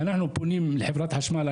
אנחנו פונים לחברת חשמל,